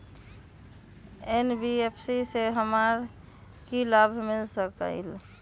NBFC से हमार की की लाभ मिल सक?